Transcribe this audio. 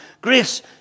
grace